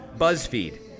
BuzzFeed